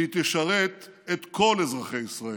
והיא תשרת את כל אזרחי ישראל,